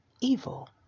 evil